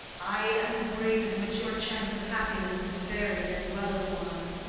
i am the grave in which your chance of happiness is buried as well as mine.